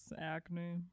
acne